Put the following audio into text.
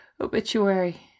obituary